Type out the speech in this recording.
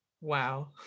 wow